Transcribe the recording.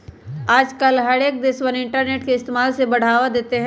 आजकल हर एक देशवन इन्टरनेट के इस्तेमाल से बढ़ावा देते हई